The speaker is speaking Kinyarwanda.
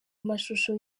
amashusho